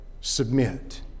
Submit